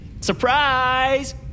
Surprise